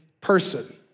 person